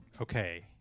okay